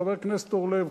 של חבר הכנסת אורלב,